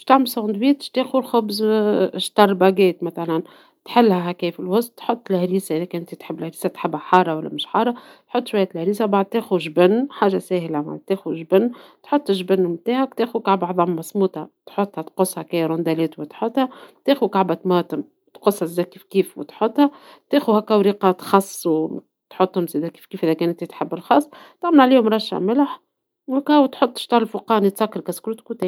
باش تعمل ساندويش تأخذ الخبز شطر خبزة كاملة ، مثلا تحلها هكا في الوسط تحط هريسة أنت تحبها حارة ولا مش حارة ، تحط شوية الهريسة من بعد تأخذ جبن حاجة ساهلة تأخذ جبن ، تحط جبن نتاعك وتأخذ كعبة عظم مسموطة تحطها تقصها بشكل دائري وتحطها ، تأخذ كعبة طماطم تقصها كيف كيف وتحطها ، تأخذ هكا وريقات خس وتحطهم زادة كيف كيف اذا انت تحب الخس ، تعمل عليهم رشة ملح وهكاهو تحب الشطر الفوقاني تسكر الكسكروط وهكاهو.